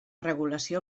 regulació